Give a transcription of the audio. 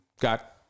got